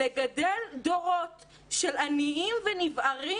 לגדל דורות של עניים ונבערים